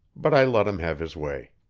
but i let him have his way.